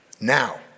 now